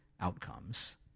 outcomes